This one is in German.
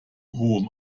hohem